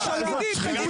זה סעיף אחד.